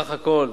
סך הכול,